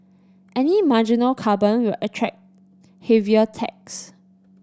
any marginal carbon will attract heavier tax